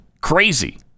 crazy